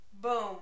boom